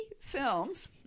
films